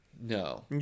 No